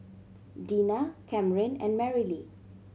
Dinah Camryn and Marylee